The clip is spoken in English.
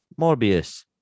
Morbius